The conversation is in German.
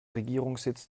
regierungssitz